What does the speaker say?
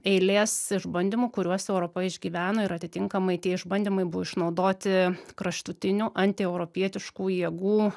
eilės išbandymų kuriuos europa išgyveno ir atitinkamai tie išbandymai buvo išnaudoti kraštutinių antieuropietiškų jėgų